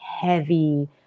heavy